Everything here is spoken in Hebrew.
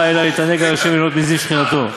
אלא להתענג על ה' וליהנות מזיו שכינתו,